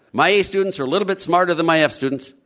my a students are a little bit smarter than my f students.